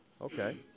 Okay